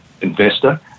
investor